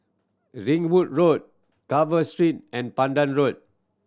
Ringwood Road Carver Street and Pandan Road